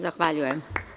Zahvaljujem.